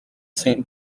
saint